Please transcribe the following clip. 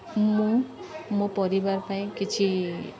ମୁଁ ମୋ ପରିବାର ପାଇଁ କିଛି